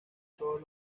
todos